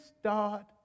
start